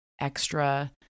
extra